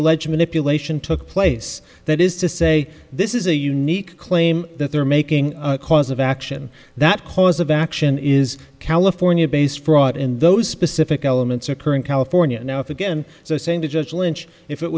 alleged manipulation took place that is to say this is a unique claim that they're making cause of action that cause of action is california based fraud and those specific elements occur california now if again so same digital inch if it